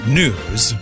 news